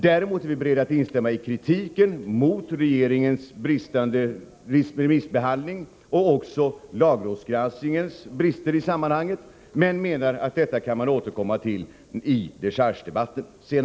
Däremot är vi beredda att instämma i kritiken mot regeringens bristande remissbehandling och mot bristerna i lagrådsgranskningen. Vi anser emellertid att vi kan återkomma till detta i dechargedebatten.